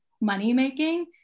money-making